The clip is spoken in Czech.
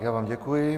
Já vám děkuji.